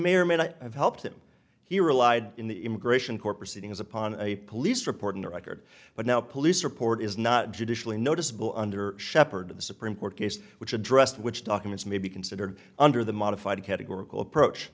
may or may not have helped him he relied in the immigration court proceedings upon a police report in the record but now police report is not judicially noticeable under shepherd of the supreme court case which addressed which documents may be considered under the modified categorical approach